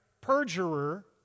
perjurer